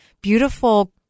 beautiful